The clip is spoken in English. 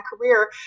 career